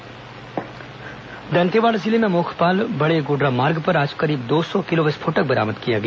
विस्फोटक बरामद दंतेवाड़ा जिले में मोखपाल बड़ेगुडरा मार्ग पर आज करीब दो सौ किलो विस्फोटक बरामद किया गया